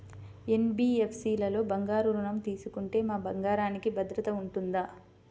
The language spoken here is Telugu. ఎన్.బీ.ఎఫ్.సి లలో బంగారు ఋణం తీసుకుంటే మా బంగారంకి భద్రత ఉంటుందా?